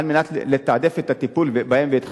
על מנת לתעדף את הטיפול בהם ואת דחיפותם.